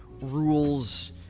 rules